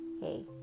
hey